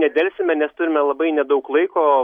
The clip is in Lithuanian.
nedelsime nes turime labai nedaug laiko